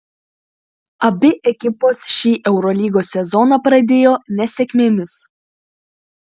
abi ekipos šį eurolygos sezoną pradėjo nesėkmėmis